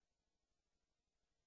1, 2,